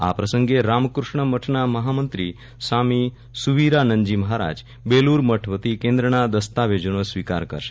આ પ્રસંગે રામકૃષ્ણ મઠના મહામંત્રી સ્વામી સુવિરાનંદજી મહારાજ બેલુર મઠ વતી કેન્દ્રના દસ્તાવેજોનો સ્વીકાર કરશે